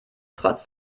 trotz